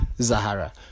zahara